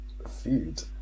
food